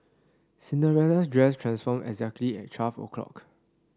Cinderella's dress transformed exactly at twelve o'clock